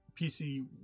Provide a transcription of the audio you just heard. pc